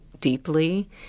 deeply